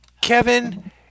Kevin